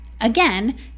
Again